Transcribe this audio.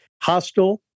Hostile